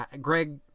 Greg